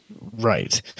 Right